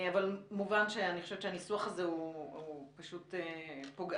אבל מובן שאני חושבת שהניסוח הזה הוא פשוט פוגעני